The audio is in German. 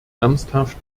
ernsthaft